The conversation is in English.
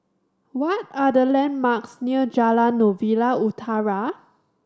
what are the landmarks near Jalan Novena Utara